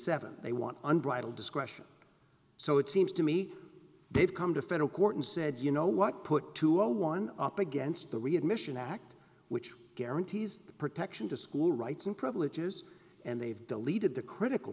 dollars they want unbridled discretion so it seems to me they've come to federal court and said you know what put two hundred and one up against the readmission act which guarantees protection to school rights and privileges and they've deleted the critical